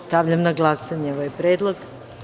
Stavljam na glasanje ovaj predlog.